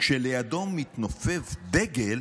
כשלידו מתנופף דגל